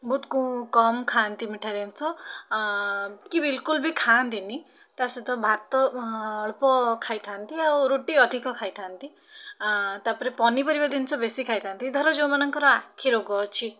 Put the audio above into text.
ବହୁତ କମ ଖାଆନ୍ତି ମିଠା ଜିନିଷ କି ବିଲକୁଲ୍ ବି ଖାଆନ୍ତିନି ତା'ସହିତ ଭାତ ଅଳ୍ପ ଖାଇଥାନ୍ତି ଆଉ ରୁଟି ଅଧିକ ଖାଇଥାନ୍ତି ତା'ପରେ ପନିପରିବା ଜିନିଷ ବେଶୀ ଖାଇଥାନ୍ତି ଧର ଯେଉଁମାନଙ୍କର ଆଖି ରୋଗ ଅଛି